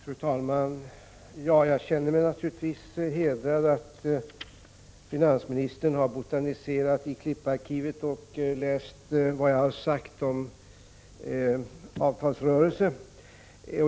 Fru talman! Jag känner mig naturligtvis hedrad av att finansministern har botaniserat i klipparkivet och läst vad jag sagt om avtalsrörelser.